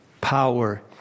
power